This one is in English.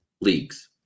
leagues